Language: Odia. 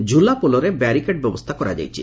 ଝୁଲାପୋଲରେ ବ୍ୟାରିକେଡ୍ ବ୍ୟବସ୍କା କରାଯାଇଛି